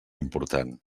important